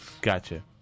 Gotcha